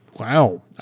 Wow